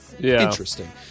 interesting